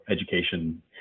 education